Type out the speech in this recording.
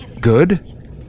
Good